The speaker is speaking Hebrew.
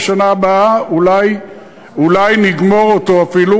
ובשנה הבאה אולי נגמור אותו אפילו.